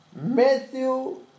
Matthew